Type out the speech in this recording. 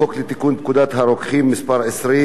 בחוק לתיקון פקודת הרוקחים (מס' 20)